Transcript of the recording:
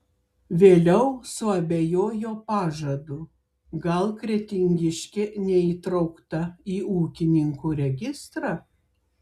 vėliau suabejojo pažadu gal kretingiškė neįtraukta į ūkininkų registrą